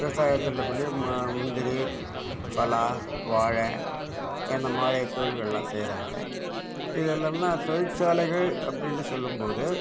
விவசாயத்தில் படி ம முந்திரி பலா வாழை இந்தமாதிரி தொழில்கள்லாம் செய்கிறாங்க இது இல்லாமல் தொழிற்சாலைகள் அப்படின்னு சொல்லும் போது